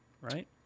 right